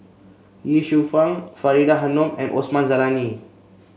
Ye Shufang Faridah Hanum and Osman Zailani